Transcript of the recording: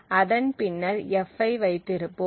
அதன் பின்னர் f ஐ வைத்திருப்போம்